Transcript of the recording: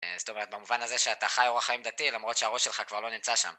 זאת אומרת, במובן הזה שאתה חי אורח חיים דתי, למרות שהראש שלך כבר לא נמצא שם.